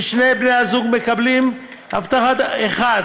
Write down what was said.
אם שני בני הזוג מקבלים הבטחת הכנסה,